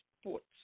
sports